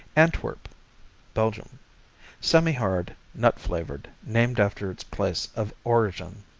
antwerp belgium semihard nut-flavored named after its place of origin.